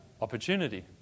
opportunity